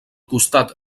costat